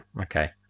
okay